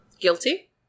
guilty